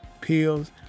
pills